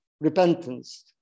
repentance